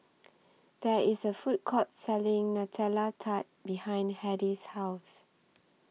There IS A Food Court Selling Nutella Tart behind Hedy's House